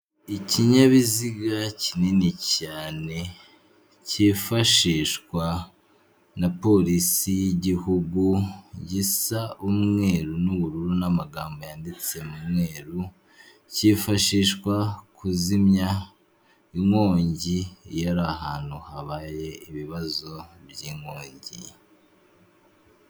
Ikinyabiziga kinini cyane cyifashishwa na polisi y'igihugu gisa umweru n'ubururu n'amagambo yanditse mu mweru, kifashishwa kuzimya inkongi y'ahantu habaye ibibazo by'inkongi.